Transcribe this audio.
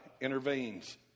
intervenes